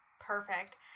Perfect